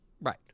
right